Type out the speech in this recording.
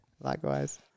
likewise